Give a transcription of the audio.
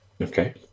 Okay